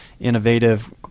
innovative